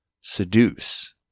seduce